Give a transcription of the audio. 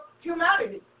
humanity